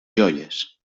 joies